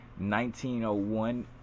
1901